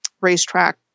racetrack